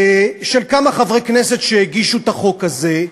של כמה חברי כנסת, שהגישו את החוק הזה,